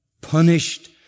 punished